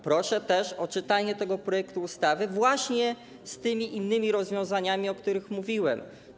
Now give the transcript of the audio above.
Proszę też o czytanie tego projektu ustawy właśnie z innymi rozwiązaniami, o których mówiłem.